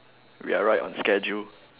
we are right on schedule